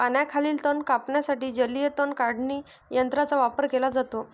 पाण्याखालील तण कापण्यासाठी जलीय तण काढणी यंत्राचा वापर केला जातो